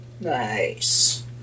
Nice